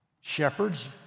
shepherds